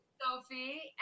Sophie